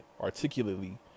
articulately